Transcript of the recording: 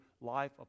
life